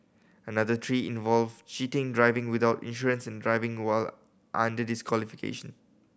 another three involve cheating driving without insurance and driving while under disqualification